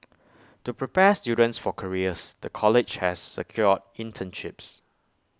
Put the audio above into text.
to prepare students for careers the college has secured internships